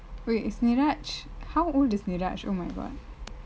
wait is niraj how old is niraj oh my god